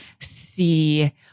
See